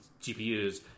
GPUs